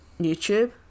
YouTube